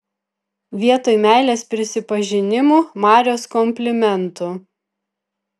vietoj meilės prisipažinimų marios komplimentų